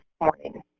morning